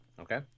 Okay